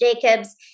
Jacobs